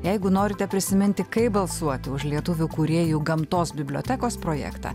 jeigu norite prisiminti kaip balsuoti už lietuvių kūrėjų gamtos bibliotekos projektą